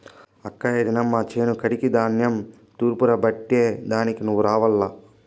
అక్కా ఈ దినం మా చేను కాడికి ధాన్యం తూర్పారబట్టే దానికి నువ్వు రావాల్ల